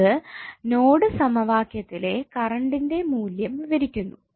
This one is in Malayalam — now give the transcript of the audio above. ഇത് നോഡ് സമവാക്യത്തിലെ കറണ്ടിന്റെ മൂല്യത്തെ വിവരിക്കുന്നു